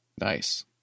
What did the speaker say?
Nice